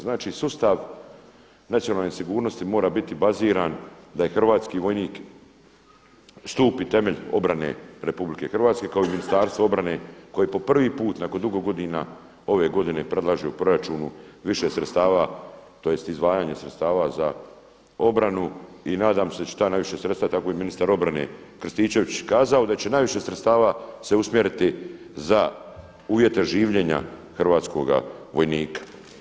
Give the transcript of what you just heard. Znači sustav nacionalne sigurnosti mora biti baziran da je hrvatski vojnik stup i temelj borane RH kao i Ministarstvo obrane koje po prvi put nakon dugo godina ove godine predlaže u proračunu više sredstava tj. izdvajanje sredstava za obranu i nadam se da će ta najviša sredstva, tako je ministar obrane Krstičević kazao, da će najviše sredstava se usmjeriti za uvjete življenja hrvatskoga vojnika.